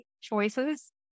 choices